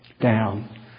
down